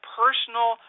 personal